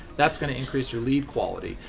that's gonna increase your lead quality.